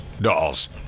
dolls